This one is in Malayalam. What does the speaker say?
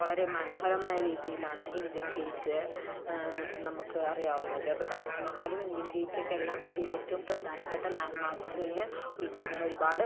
വളരെ മനോഹരമായ രീതിയിലാണ് ഇന്ത്യൻ ഗേറ്റ് നമുക്ക് അറിയാവുന്നത് അപ്പം താജ് മഹലും ഇന്ത്യൻ ഗേറ്റൊക്കെ എല്ലാം ഇന്ത്യയിലെ ഏറ്റവും പ്രധാനപ്പെട്ട ലാൻഡ് മാർക്കുകളിൽ ഉൾപ്പെടുന്നതാണ് ഒരുപാട്